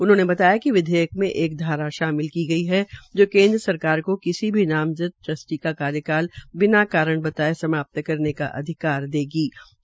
उन्होंने बताया कि विधेयक मे एक धारा शामिल की गई है जो केन्द्र सरकार को किसी भी नामज़द ट्रस्टी का कार्यकाल बिना कारण बताओं बताये समाप्त करने का अधिकार प्रदान करती है